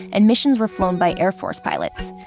and missions were flown by air force pilots,